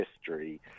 history